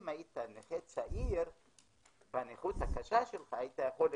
אם היית נכה צעיר בנכות הקשה שלך היית יכול לקבל.